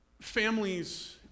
families